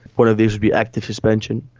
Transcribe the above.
one of these would be active suspension,